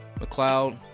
McLeod